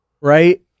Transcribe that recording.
right